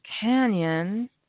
Canyon